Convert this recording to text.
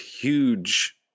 huge